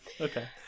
Okay